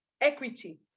equity